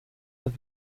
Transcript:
have